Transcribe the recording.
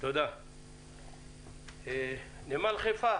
דוד כהן, נמל חיפה,